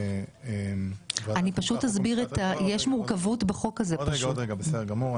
לא סתם כוחות סיוע אלא זה הכוח לסיוע.